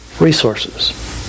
resources